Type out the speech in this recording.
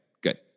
good